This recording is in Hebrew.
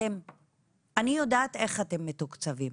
אני יודעת איך אתם מתוקצבים,